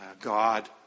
God